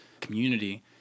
community